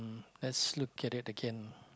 let's look at it again